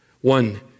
One